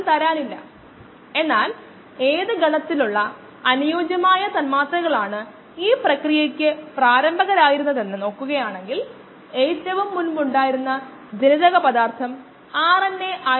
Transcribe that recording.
rcrdV അതിനാൽ V യിലേക്കുള്ള ഈ rd ഇത് കോശങ്ങളുടെ ഉപഭോഗ നിരക്ക് അല്ലെങ്കിൽ ഒരു മാസ്സ് അടിസ്ഥാനത്തിൽ കോശങ്ങളുടെ നശീകരണ നിരക്ക് ഈ മൈനസ് നമ്മുടെ ബാലൻസ് സമവാക്യത്തിൽ നിന്നാണ് വരുന്നത് ബയോ റിയാക്ടറിനുള്ളിലെ കോശങ്ങളുടെ മാസ്സ് ശേഖരണ നിരക്ക് തുല്യമാകുമ്പോൾ അണുവിമുക്തമാക്കുന്നു